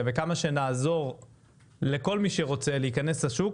וכמה שנעזור לכל מי שרוצה להיכנס לשוק,